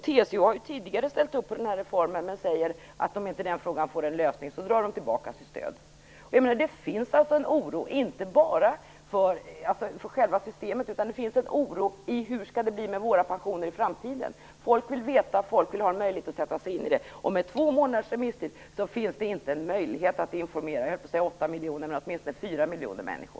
TCO har tidigare ställt upp på den här reformen. Man säger att man, om den frågan inte får en lösning, drar tillbaka sitt stöd. Det finns alltså en oro inte bara för systemet som sådant. Det finns också en oro för hur det skall bli med våra pensioner i framtiden. Folk vill veta och ha en möjlighet att sätta sig in i detta. Med två månaders remisstid finns det ingen möjlighet att informera kanske inte 8 miljoner men väl 4 miljoner människor.